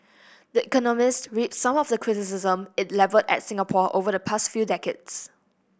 the Economist some of the criticism it levelled at Singapore over the past few decades